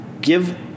give